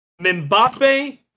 Mbappe